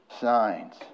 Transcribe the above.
signs